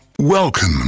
Welcome